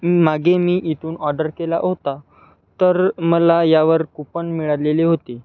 मागे मी इतून ऑर्डर केला ओता तर मला यावर कूपन मिळालेले होते